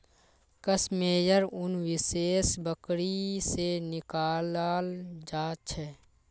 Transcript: कश मेयर उन विशेष बकरी से निकलाल जा छे